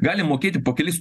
gali mokėti po kelis